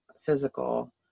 physical